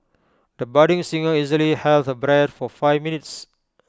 the budding singer easily held her breath for five minutes